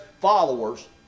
followers